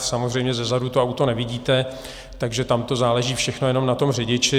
Samozřejmě zezadu auto nevidíte, takže tam to záleží všechno jenom na tom řidiči.